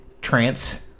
trance